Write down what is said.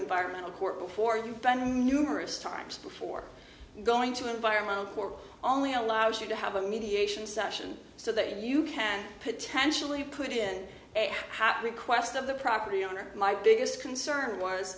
environmental court before you bend numerous times before going to environment for only allows you to have a mediation session so that you can potentially put in a house request of the property owner my biggest concern was